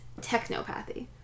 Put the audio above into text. technopathy